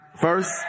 first